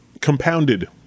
compounded